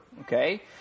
Okay